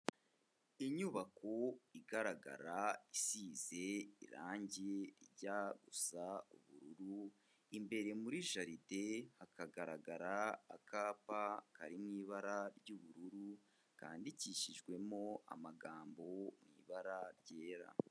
Inyubako igaragara isize irange rijya gusa ubururu, imbere muri jaride hakagaragara akapa kari mu ibara ry'ubururu kandikishijwemo amagambo mu ibara ryera.